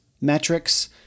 metrics